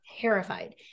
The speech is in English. terrified